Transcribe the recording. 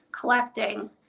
collecting